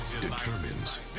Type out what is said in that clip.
determines